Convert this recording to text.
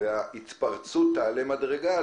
וההתפרצות תעלה מדרגה,